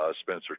Spencer